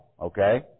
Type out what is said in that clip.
okay